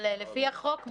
אבל לפי החוק,